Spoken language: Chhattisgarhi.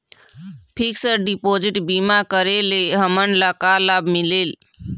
फिक्स डिपोजिट बीमा करे ले हमनला का लाभ मिलेल?